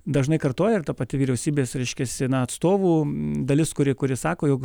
dažnai kartoja ir ta pati vyriausybės reiškiasi na atstovų dalis kuri kuri sako jog